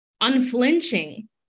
unflinching